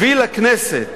הביא לכנסת